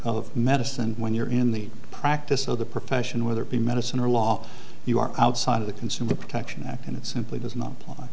of medicine when you're in the practice of the profession whether it be medicine or law you are outside of the consumer protection act and it simply does not